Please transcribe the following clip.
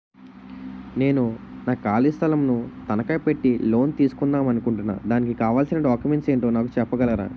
నేను నా ఖాళీ స్థలం ను తనకా పెట్టి లోన్ తీసుకుందాం అనుకుంటున్నా దానికి కావాల్సిన డాక్యుమెంట్స్ ఏంటో నాకు చెప్పగలరా?